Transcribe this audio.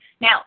Now